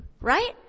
Right